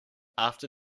after